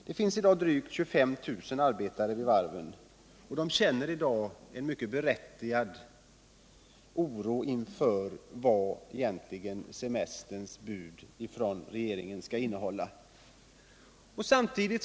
Det finns i dag drygt 25 000 varvsarbetare, som alla känner en mycket berättigad oro inför vad semesterbudet från regeringen egentligen kan komma att innehålla.